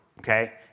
okay